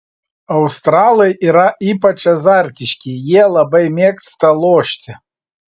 australai yra ypač azartiški jie labai mėgsta lošti